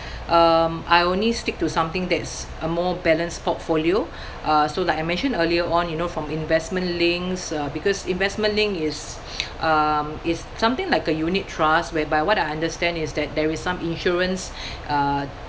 um I only stick to something that's a more balanced portfolio uh so like I mentioned earlier on you know from investment links uh because investment link is um it's something like a unit trust whereby what I understand is that there is some insurance uh